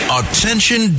attention